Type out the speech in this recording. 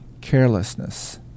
Carelessness